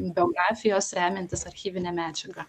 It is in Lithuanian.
biografijos remiantis archyvine medžiaga